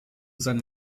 seinen